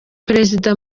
perezida